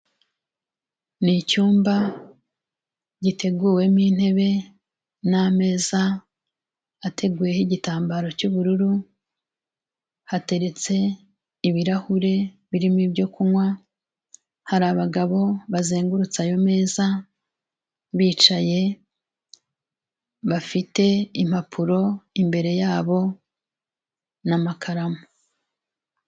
Ni icyumba giteguwemo intebe n'ameza ateguyeho igitambaro cy'ubururu, hateretse ibirahure birimo ibyo kunywa, hari abagabo bazengurutse ayo meza bicaye bafite impapuro imbere yabo n'amakaramu.